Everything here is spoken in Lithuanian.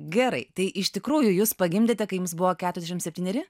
gerai tai iš tikrųjų jūs pagimdėte kai jums buvo keturiasdešim septyneri